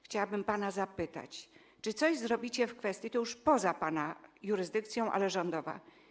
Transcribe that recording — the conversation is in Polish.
Chciałabym pana zapytać, czy coś zrobicie w kwestii - to już poza pana jurysdykcją, ale rządową.